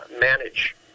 manage